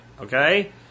Okay